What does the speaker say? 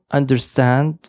understand